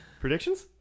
Predictions